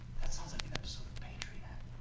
that sounds like an episode of patriot act.